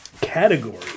Category